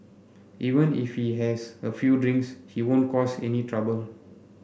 even if he has a few drinks he won't cause any trouble